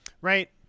Right